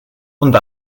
und